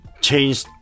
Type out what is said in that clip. Change